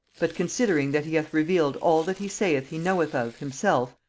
but considering that he hath revealed all that he saith he knoweth of himself,